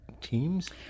teams